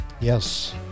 Yes